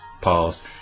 pause